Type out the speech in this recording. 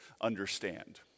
understand